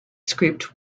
script